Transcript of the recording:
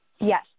Yes